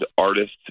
artists